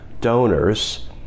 donors